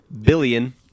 billion